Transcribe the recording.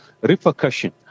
repercussion